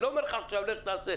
אני לא אומר לך עכשיו לך תעשה.